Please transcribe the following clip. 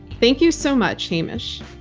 thank you so much, hamish.